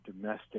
domestic